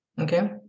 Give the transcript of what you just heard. Okay